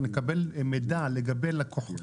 נקבל מידע לגבי לקוחות,